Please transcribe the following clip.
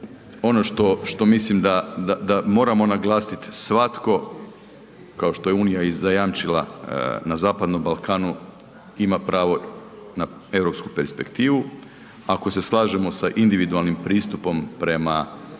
ono što mislim da moramo naglasit svatko kao što je unija i zajamčila na Zapadnom Balkanu na europsku perspektivu, ako se slažemo sa individualnim pristupom prema